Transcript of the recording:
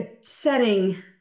setting